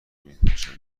منتشر